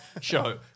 show